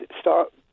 start